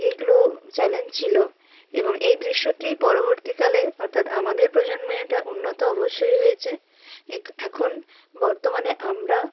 এইগুলো চ্যালেঞ্জ ছিল এবং এই দৃশ্যটি পরবর্তীকালে অর্থাৎ আমাদের প্রজন্মে এটা উন্নত অবশ্যই হয়েছে এক এখন বর্তমানে আমরা